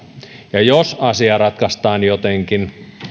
ja jos asia ratkaistaan jotenkin